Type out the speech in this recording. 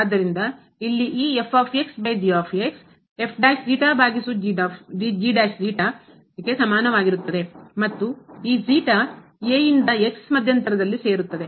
ಆದ್ದರಿಂದ ಇಲ್ಲಿ ಈ ಭಾಗಿಸು ಗೆ ಸಮಾನವಾಗಿರುತ್ತದೆ ಮತ್ತು ಈ ಮಧ್ಯಂತರದಲ್ಲಿ ಸೇರುತ್ತದೆ